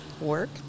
work